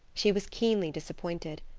she was keenly disappointed.